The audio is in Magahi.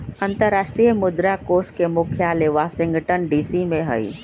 अंतरराष्ट्रीय मुद्रा कोष के मुख्यालय वाशिंगटन डीसी में हइ